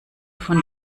von